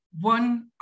one